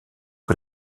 que